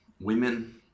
women